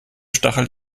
stachelt